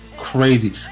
Crazy